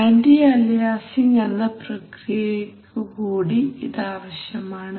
anti aliasing എന്ന പ്രക്രിയയ്ക്കു കൂടി ഇത് ആവശ്യമാണ്